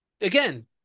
again